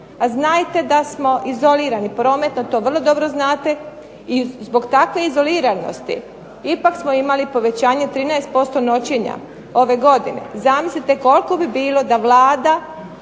a znajte da smo izolirani prometno to vrlo dobro znate i zbog takve izoliranosti ipak smo imali povećanje 13% noćenja ove godine. Zamislite koliko bi bilo da Vlada